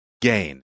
gain